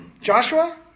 Joshua